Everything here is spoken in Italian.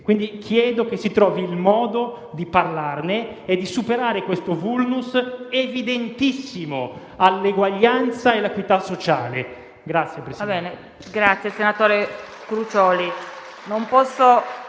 Chiedo quindi che si trovi il modo di parlarne e di superare questo *vulnus* evidentissimo all'eguaglianza e all'equità sociale.